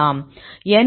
n சமம் 0